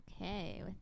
Okay